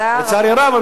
לצערי הרב,